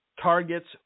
Target's